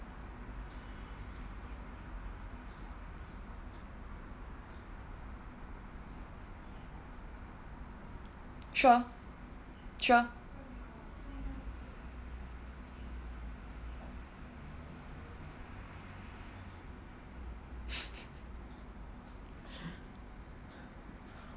sure sure